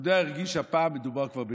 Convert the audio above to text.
יהודה הרגיש שהפעם מדובר כבר בצביעות.